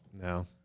No